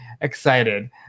excited